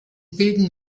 bilden